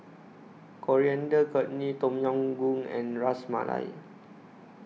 Coriander Chutney Tom Yam Goong and Ras Malai